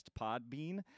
Podbean